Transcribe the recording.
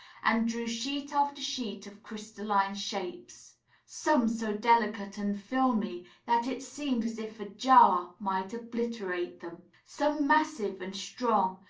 and drew sheet after sheet of crystalline shapes some so delicate and filmy that it seemed as if a jar might obliterate them some massive and strong,